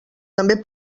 també